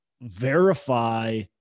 verify